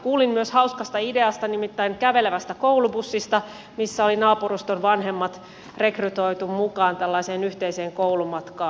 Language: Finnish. kuulin myös hauskasta ideasta nimittäin kävelevästä koulubussista missä oli naapuruston vanhemmat rekrytoitu mukaan tällaiseen yhteiseen koulumatkaan